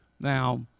now